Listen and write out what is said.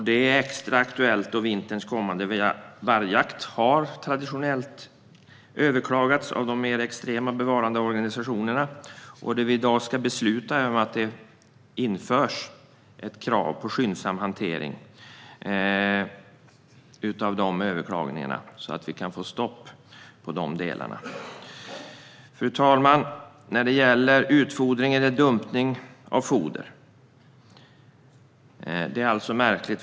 Det är extra aktuellt då vinterns vargjakter traditionellt överklagas av mer extrema bevarandeorganisationer. Det vi ska besluta om i dag är att ett krav på skyndsam hantering av sådana överklaganden införs, så att vi kan få stopp på det. Fru talman! När det gäller utfodring eller dumpning av foder är det märkligt.